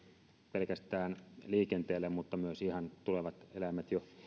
pelkästään liikenteelle vaan eläimet tulevat ihan jo